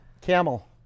Camel